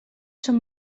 són